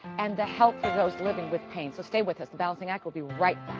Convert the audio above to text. and the health of those living with pain, so stay with us. the balancing act will be right